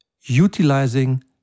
utilizing